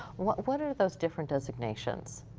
what what are those different designations?